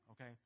okay